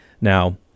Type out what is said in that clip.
Now